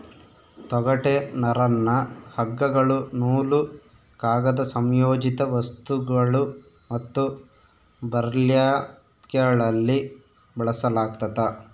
ತೊಗಟೆ ನರನ್ನ ಹಗ್ಗಗಳು ನೂಲು ಕಾಗದ ಸಂಯೋಜಿತ ವಸ್ತುಗಳು ಮತ್ತು ಬರ್ಲ್ಯಾಪ್ಗಳಲ್ಲಿ ಬಳಸಲಾಗ್ತದ